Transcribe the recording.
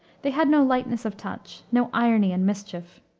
they had no lightness of touch, no irony and mischief.